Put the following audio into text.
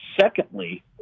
Secondly